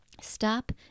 Stop